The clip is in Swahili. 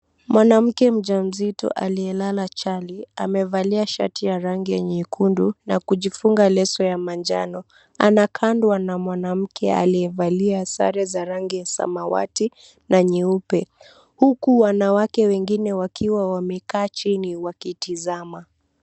Mwanamke mjamzito aliyelala chali amevalia shati ya rangi ya nyekundu na kujifunga leso ya manjano. Anakandwa na mwanamke aliyevalia sare za rangi ya samawati na nyeupe. Huku wanawake wengine wakiwa wamekaa chini wakitizama.